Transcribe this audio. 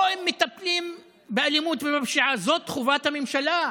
או אם מטפלים באלימות ובפשיעה, זאת חובת הממשלה,